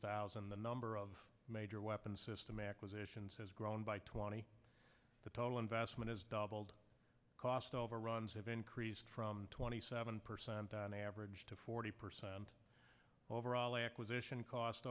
thousand the number of major weapon system acquisitions has grown by twenty the total investment has doubled cost overruns have increased from twenty seven percent on average to forty percent overall acquisition cost